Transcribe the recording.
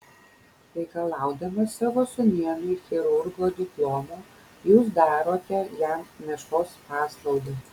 reikalaudamas savo sūnėnui chirurgo diplomo jūs darote jam meškos paslaugą